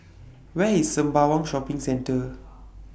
Where IS Sembawang Shopping Centre